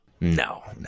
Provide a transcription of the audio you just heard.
No